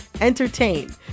entertain